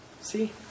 See